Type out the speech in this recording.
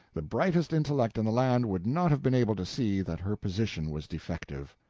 the brightest intellect in the land would not have been able to see that her position was defective.